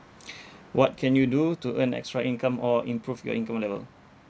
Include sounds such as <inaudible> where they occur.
<breath> what can you do to earn extra income or improve your income level